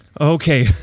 Okay